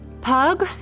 Pug